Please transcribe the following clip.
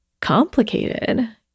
complicated